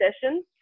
session